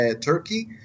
Turkey